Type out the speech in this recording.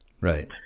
right